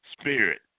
Spirit